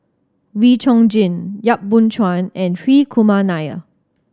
Wee Chong Jin Yap Boon Chuan and Hri Kumar Nair